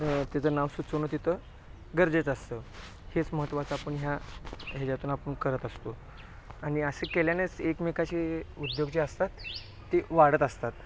त्याजं नाव सुचवणं तिथं गरजेचं असतं हेच महत्वाचं आपण ह्या याच्यातून आपण करत असतो आणि असं केल्यानेच एकमेकाचे उद्योग जे असतात ते वाढत असतात